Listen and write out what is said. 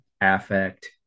affect